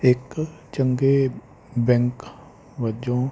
ਇੱਕ ਚੰਗੇ ਬੈਂਕ ਵਜੋਂ